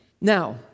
Now